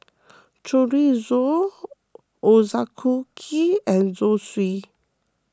Chorizo and Zosui